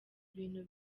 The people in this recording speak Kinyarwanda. ibintu